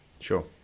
sure